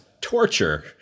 torture